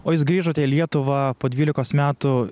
o jūs grįžote į lietuvą po dvylikos metų